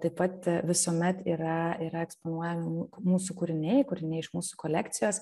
taip pat visuomet yra yra yra eksponuojami mūsų kūriniai kūriniai iš mūsų kolekcijos